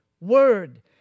word